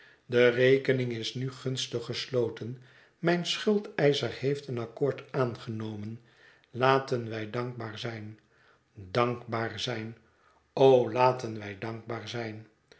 de rekening is nu gunstig gesloten mijn schuldeischer heeft een accoord aangenomen laten wij dankbaar zijn dankbaar zijn o laten wij dankbaar zijn